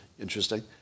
interesting